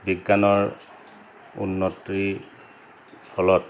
বিজ্ঞানৰ উন্নতিৰ ফলত